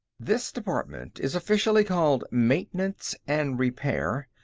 this department is officially called maintenance and repair,